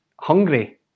hungry